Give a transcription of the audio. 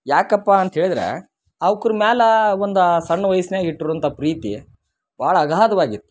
ಯಾಕಪ್ಪ ಅಂಥೇಳಿದ್ರೆ ಅವ್ಕುರ್ ಮ್ಯಾಲ ಒಂದು ಆ ಸಣ್ಣ ವಯಸ್ನ್ಯಾಗ ಇಟ್ಟಿರುವಂಥ ಪ್ರೀತಿ ಭಾಳ ಅಗಾಧವಾಗಿತ್ತು